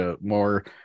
more